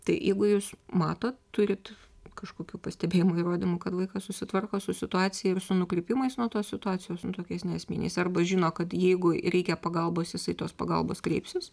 tai jeigu jūs matot turit kažkokių pastebėjimų įrodymų kad vaikas susitvarko su situacija ir su nukrypimais nuo tos situacijos tokiais neesminiais arba žino kad jeigu reikia pagalbos jisai tos pagalbos kreipsis